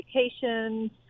education